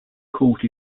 caught